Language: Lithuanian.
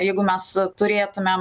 jeigu mes turėtumėm